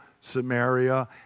Samaria